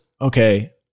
okay